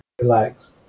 relax